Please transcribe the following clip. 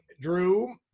Drew